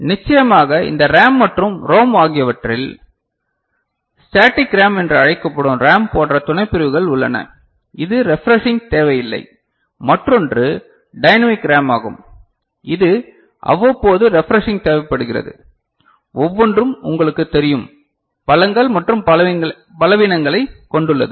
நிச்சயமாக இந்த ரேம் மற்றும் ரோம் ஆகியவற்றில் ஸ்டேடிக் ரேம் என அழைக்கப்படும் ரேம் போன்ற துணைப்பிரிவுகள் உள்ளன இது ரெஃப்ரெஷ்ஷிங் தேவையில்லை மற்றொன்று டைனமிக் ரேம் ஆகும் இது அவ்வப்போது ரெஃப்ரெஷ்ஷிங் தேவைப்படுகிறது ஒவ்வொன்றும் உங்களுக்குத் தெரியும் பலங்கள் மற்றும் பலவீனங்களைக் கொண்டுள்ளது